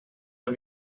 del